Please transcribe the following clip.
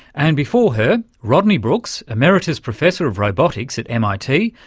and before her rodney brooks, emeritus professor of robotics at mit,